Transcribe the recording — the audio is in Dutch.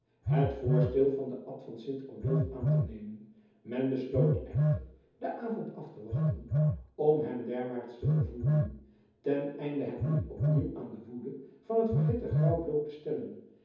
het voorstel van den abt van sint odulf aan te nemen men besloot echter den avond af te wachten om hem derwaarts te vervoeren ten einde hem niet opnieuw aan de woede van het verhitte grauw bloot te stellen